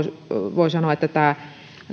voin sanoa että tämä